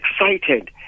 excited